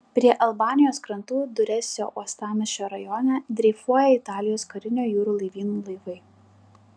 prie albanijos krantų duresio uostamiesčio rajone dreifuoja italijos karinio jūrų laivyno laivai